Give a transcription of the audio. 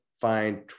find